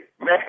man